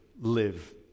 live